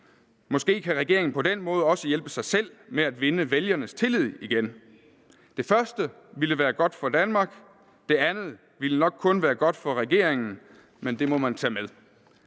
Måske kan regeringen på den måde også hjælpe sig selv med at vinde vælgernes tillid igen. Det første ville være godt for Danmark, det andet ville nok kun være godt for regeringen, men det må man tage med.